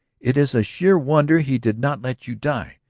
it is a sheer wonder he did not let you die.